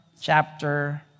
chapter